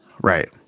Right